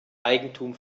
eigentum